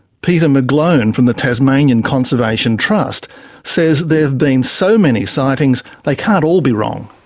peter mcglone from the tasmanian conservation trust says there've been so many sightings, they can't all be wrong.